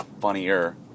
funnier